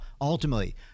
ultimately